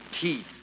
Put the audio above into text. teeth